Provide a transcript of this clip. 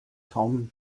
tom